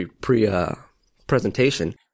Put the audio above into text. pre-presentation